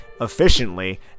efficiently